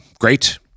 Great